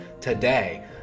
today